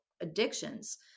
addictions